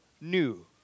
new